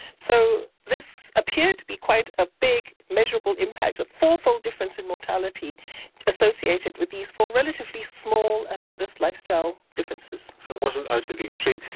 so this appeared to be quite a big measurable impact, a fourfold difference in mortality associated with these four relatively small and modest lifestyle differences. so wasn't out to the extreme.